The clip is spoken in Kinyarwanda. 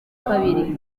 kabiri